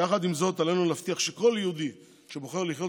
יחד עם זאת עלינו להבטיח שכל יהודי שבוחר לחיות